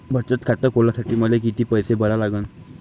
बचत खात खोलासाठी मले किती पैसे भरा लागन?